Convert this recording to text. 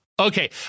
Okay